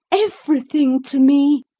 everything, to me.